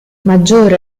maggiore